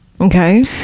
Okay